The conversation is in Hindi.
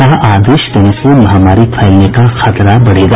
कहा आदेश देने से महामारी फैलने का खतरा बढ़ेगा